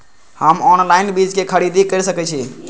हम ऑनलाइन बीज के खरीदी केर सके छी?